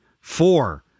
Four